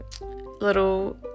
little